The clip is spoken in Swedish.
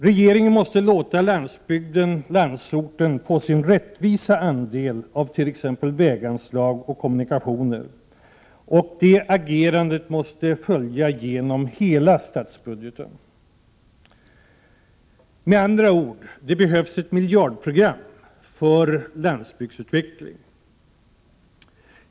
— Regeringen måste låta landsbygden och landsorten få sin rättmätiga andel av t.ex. väganslag och kommunikationer — och det agerandet måste följa genom hela statsbudgeten. Med andra ord: Det behövs ett miljardprogram för landsbygdsutveckling.